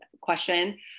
question